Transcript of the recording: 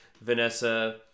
Vanessa